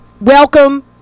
Welcome